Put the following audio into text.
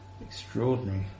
extraordinary